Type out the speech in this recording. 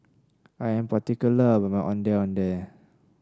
I am particular about my Ondeh Ondeh